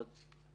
זו עוד סיבה